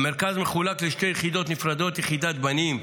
המרכז מחולק לשתי יחידות נפרדות: יחידת בנים,